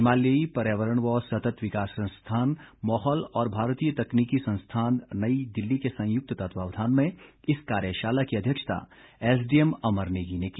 हिमालयी पर्यावरण व सतत विकास संस्थान मौहल और भारतीय तकनीकी संस्थान नई दिल्ली के संयुक्त तत्वावधान में इस कार्यशाला की अध्यक्षता एसडीएम अमर नेगी ने की